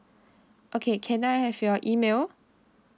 okay can I have your email